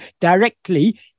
directly